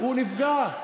הוא נפגע.